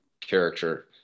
character